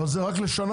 אבל זה רק לשנה,